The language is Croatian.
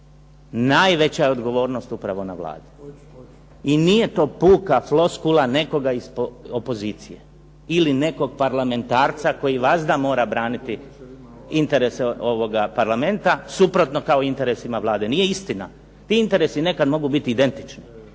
Najveća je odgovornost upravo na Vladi i nije to puka floskula nekoga iz opozicije ili nekog parlamentarca koji vazda mora braniti interese ovoga parlamenta suprotno kao interesima Vlade. Nije istina, ti interesi nekad mogu biti identični.